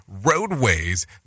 roadways